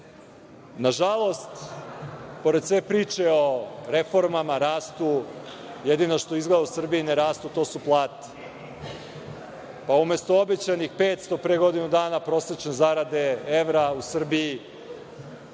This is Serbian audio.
usvojen. Nažalost, pored sve priče o reformama, rastu, jedino što izgleda u Srbiji ne rastu, to su plate, pa umesto obećanih 500 pre godinu dana prosečne zarade evra u Srbiji,